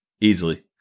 easily